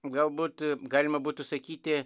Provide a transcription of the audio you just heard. galbūt galima būtų sakyti